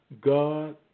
God